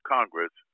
Congress